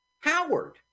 Howard